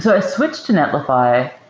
so i switched to netlify.